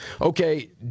Okay